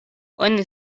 oni